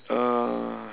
uh